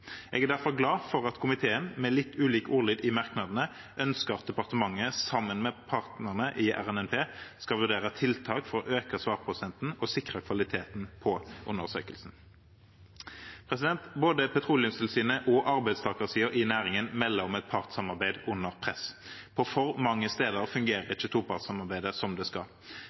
Jeg er derfor glad for at komiteen, med litt ulik ordlyd i merknadene, ønsker at departementet, sammen med partnerne i RNNP, skal vurdere tiltak for å øke svarprosenten og sikre kvaliteten på undersøkelsen. Både Petroleumstilsynet og arbeidstakersiden i næringen melder om et partssamarbeid under press. På for mange steder fungerer ikke topartssamarbeidet som det skal.